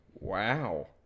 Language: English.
wow